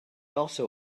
also